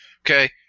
Okay